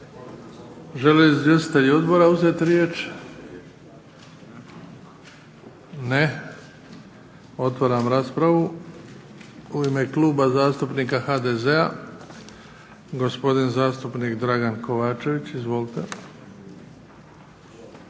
Žele li izvjestitelji odbora uzeti riječ? Ne. Otvaram raspravu. U ime Kluba zastupnika HDZ-a, gospodin zastupnik Dragan Kovačević. Izvolite.